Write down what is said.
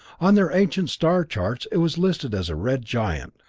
on their ancient star charts it was listed as a red giant,